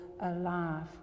alive